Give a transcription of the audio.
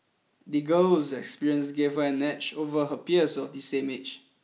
the girl's experiences gave her an edge over her peers of the same age